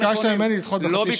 ביקשת ממני לדחות בחצי שנה.